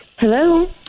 Hello